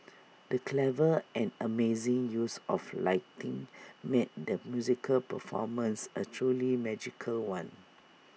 the clever and amazing use of lighting made the musical performance A truly magical one